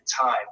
time